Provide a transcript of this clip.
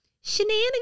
Shenanigans